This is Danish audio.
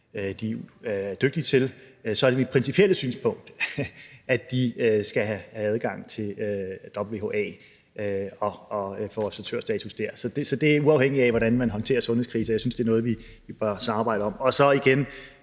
de er dygtige til – så er det mit principielle synspunkt, at de skal have adgang til WHA og have observatørstatus dér. Det er uafhængigt af, hvordan man håndterer sundhedskriser, og jeg synes, det er noget, vi bør samarbejde om. Og så igen: